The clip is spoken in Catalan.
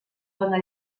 dona